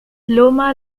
loma